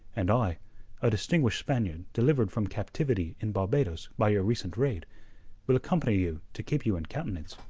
and i a distinguished spaniard delivered from captivity in barbados by your recent raid will accompany you to keep you in countenance.